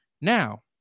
Now-